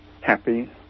happy